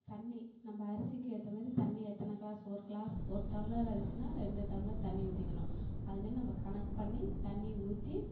தண்ணி நம்ம அரிசிக்கு ஏற்ற மாதிரி தண்ணி எத்தனை க்ளாஸ் ஒரு க்ளாஸ் ஒரு டம்ளர் அரிசினா ரெண்டு டம்ப்ளர் தண்ணி ஊத்திக்கணும் அதே மாதிரி நம்ம கணக்கு பண்ணி தண்ணி ஊற்றி